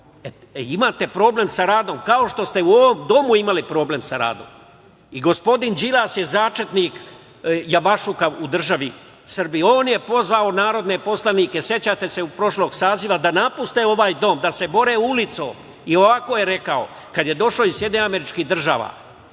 Imate problem sa radom, kao što ste u ovom domu imali problem sa radom. Gospodin Đilas je začetnik javašlulka u državi Srbiji. On je pozvao narodne poslanike, sećate se, prošlog saziva da napuste ovaj dom, da se bore na ulici i ovako je rekao kada je došao iz SAD: „Povucimo